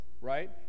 Right